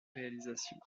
réalisation